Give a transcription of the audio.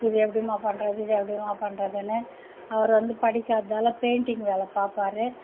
இது எப்படிமா பண்ணுறது இது எப்படிமா பண்ணுறதுன்னு அவர் வந்து படிக்காததால் பெயிண்ட்டிங் வேலை பார்ப்பாரு